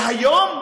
והיום,